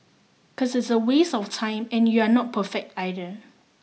cause it's a waste of time and you're not perfect either